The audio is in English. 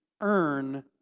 earn